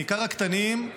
בעיקר הקטנים,